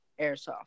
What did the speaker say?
Airsoft